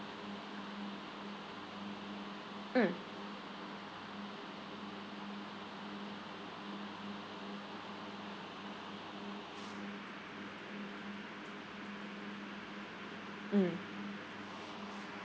mm mm